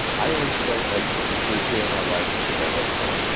i always felt like the first day of my life was when i left home.